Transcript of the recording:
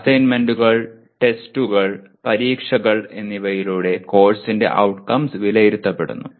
അസൈൻമെന്റുകൾ ടെസ്റ്റുകൾ പരീക്ഷകൾ എന്നിവയിലൂടെ കോഴ്സിന്റെ ഔട്ട്കംസ് വിലയിരുത്തപ്പെടുന്നു